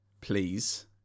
please